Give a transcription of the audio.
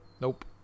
nope